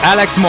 Alex